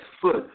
foot